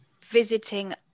visiting